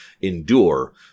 endure